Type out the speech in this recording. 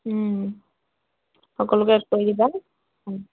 সকলোকে এড কৰি দিবা